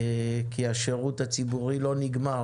כי השירות הציבורי לא נגמר,